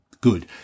good